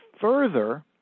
further